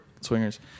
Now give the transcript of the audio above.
swingers